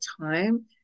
time